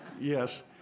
Yes